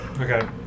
Okay